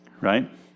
right